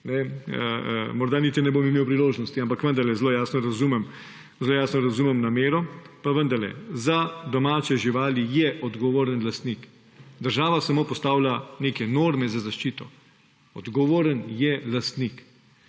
Morda niti ne bom imel priložnosti. Ampak vendarle, zelo jasno razumem namero, pa vendarle, za domače živali je odgovoren lastnik. Država samo postavlja neke norme za zaščito. Odgovoren je lastnik